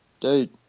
dude